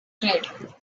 grade